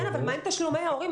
כן, אבל מה עם תשלומי הורים?